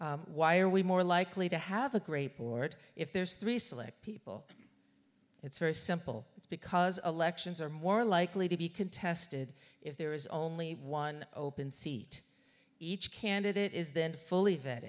why are we more likely to have a great board if there's three select people it's very simple it's because elections are more likely to be contested if there is only one open seat each candidate is then fully